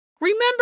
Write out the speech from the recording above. Remember